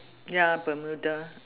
ya bermuda